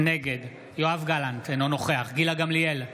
נגד יואב גלנט, אינו נוכח גילה גמליאל,